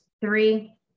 Three